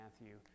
Matthew